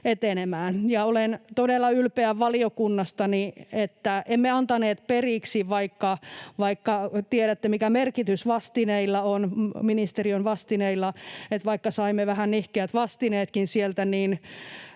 etenemään. Olen todella ylpeä valiokunnastani, että emme antaneet periksi, vaikka tiedätte, mikä merkitys ministeriön vastineilla on. Eli vaikka saimmekin vähän nihkeät vastineet sieltä,